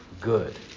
good